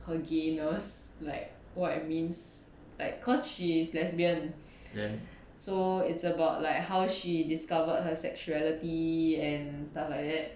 her gayness like what it means like cause she's lesbian so it's about like how she discovered her sexuality and stuff like that